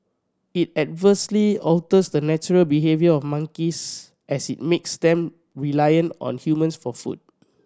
it adversely alters the natural behaviour of monkeys as it makes them reliant on humans for food